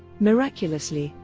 miraculously,